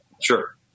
Sure